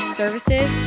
services